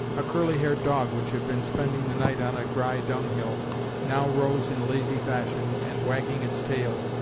a curly-haired dog which had been spending the night on a dry dunghill now rose in lazy fashion and, wagging its tail,